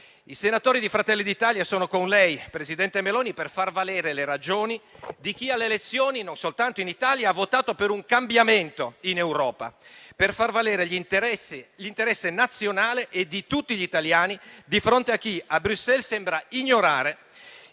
I senatori di Fratelli d'Italia sono con lei, presidente Meloni, per far valere le ragioni di chi alle elezioni, non soltanto in Italia, ha votato per un cambiamento in Europa, per far valere l'interesse nazionale e di tutti gli italiani di fronte a chi a Bruxelles sembra ragionare